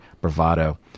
bravado